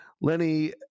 Lenny